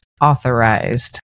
authorized